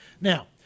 Now